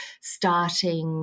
starting